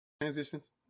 transitions